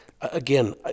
again